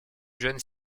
jeunes